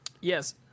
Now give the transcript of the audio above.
Yes